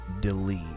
delete